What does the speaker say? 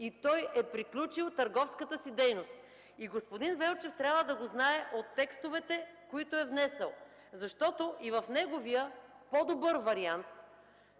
и той е приключил търговската си дейност. Господин Велчев трябва да го знае от текстовете, които е внесъл, защото и в неговия по-добър вариант